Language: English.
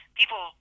people